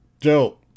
Joe